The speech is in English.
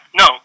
no